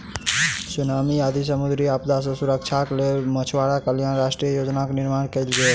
tsunami आदि समुद्री आपदा सॅ सुरक्षाक लेल मछुआरा कल्याण राष्ट्रीय योजनाक निर्माण कयल गेल